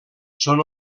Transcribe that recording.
són